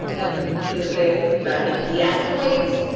that that that it d escalades,